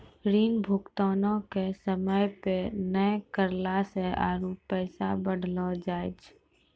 ऋण भुगतानो के समय पे नै करला से आरु पैसा बढ़लो जाय छै